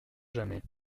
jamais